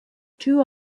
two